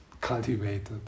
cultivated